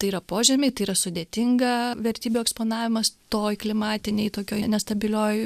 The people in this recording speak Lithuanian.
tai yra požemiai tai yra sudėtinga vertybių eksponavimas toj klimatinėj tokioj nestabilioj